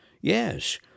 Yes